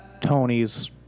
tony's